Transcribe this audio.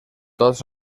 tots